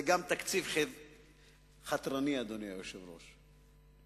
זה תקציב חתרני, אדוני היושב-ראש.